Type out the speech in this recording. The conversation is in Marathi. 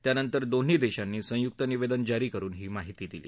त्यानंतर दोन्ही देशांनी संयुक निवेदन जारी करून ही माहिती दिली